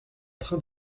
train